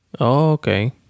Okay